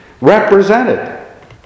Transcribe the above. represented